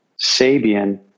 sabian